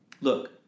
Look